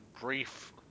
brief